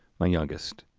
my youngest.